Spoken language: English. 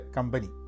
Company